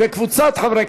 ותועבר לוועדת